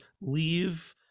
leave